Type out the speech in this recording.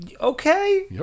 Okay